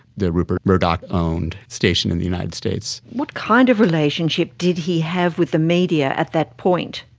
the rupert murdoch owned station in the united states. what kind of relationship did he have with the media at that point?